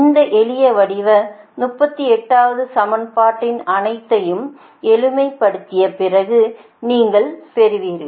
இந்த எளிய வடிவ 38 வது சமன்பாட்டின் அனைத்தையும் எளிமைப்படுத்திய பிறகு நீங்கள் பெறுவீர்கள்